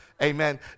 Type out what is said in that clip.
Amen